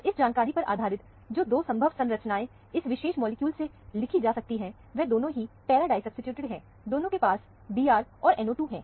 तो इस जानकारी पर आधारित जो दो संभव संरचनाएं इस विशेष मॉलिक्यूल से लिखी जा सकती है वह दोनों ही पैरा डाईसब्सीट्यूटेड है दोनों के पास Br और NO2 है